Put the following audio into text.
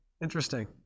interesting